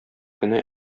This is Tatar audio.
көне